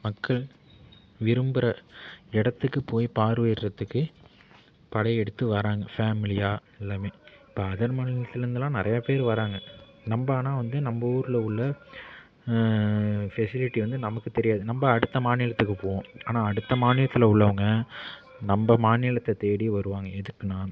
மக்கள் விரும்புகிற இடத்துக்கு போய் பார்வையிடறதுக்கு படையெடுத்து வராங்க ஃபேமிலியாக எல்லாமே இப்போ அதர் மாநிலத்திலருந்துலாம் நிறையா பேர் வராங்க நம்ப ஆனால் வந்து நம்ப ஊரில் உள்ள ஃபெசிலிட்டி வந்து நமக்கு தெரியாது நம்ப அடுத்த மாநிலத்துக்கு போவோம் ஆனால் அடுத்த மாநிலத்தில் உள்ளவங்க நம்ப மாநிலத்தை தேடி வருவாங்க எதுக்குனால்